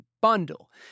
bundle